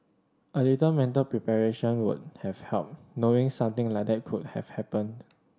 a little mental preparation would have helped knowing something like that could have happened